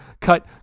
cut